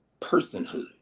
personhood